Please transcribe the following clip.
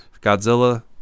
godzilla